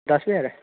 दस बजे ने